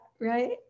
right